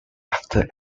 after